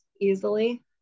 easily